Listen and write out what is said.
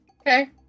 Okay